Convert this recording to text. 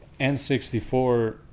N64